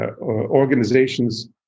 organizations